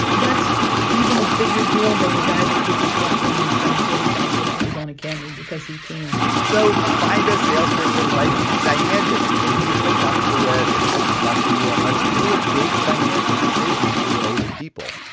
that's even a bigger deal than the guy that could just walk in and spend forty thousand dollars on a camry because he can so find a salesperson like diane, basically, who you feel comfortable with and isn't rushing you on what's really a big financial decision for most people.